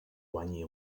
guanyi